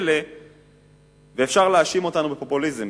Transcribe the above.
אפשר להאשים אותנו בפופוליזם,